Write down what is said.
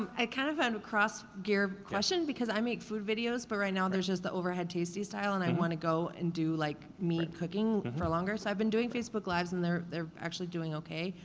um i kind of, am cross gear question, because i make food videos, but right now there's just the overhead tasty style and i wanna go and do like me and cooking for longer, so i've been doing facebook lives and they're they're actually doing okay,